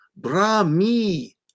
brahmi